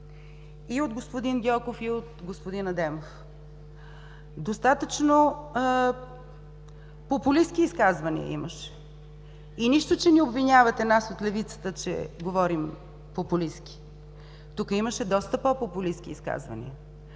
и от господин Гьоков, и от господин Адемов. Достатъчно популистки изказвания имаше. Нищо, че обвинявате нас от левицата, че говорим популистки. Тук имаше доста по-популистки изказвания.